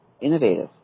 innovative